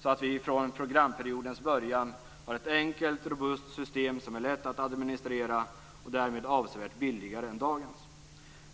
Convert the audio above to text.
så att vi från programperiodens början har ett enkelt, robust system som är lätt att administrera och därmed avsevärt billigare än dagens.